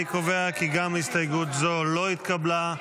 אני קובע כי גם הסתייגות זו לא התקבלה.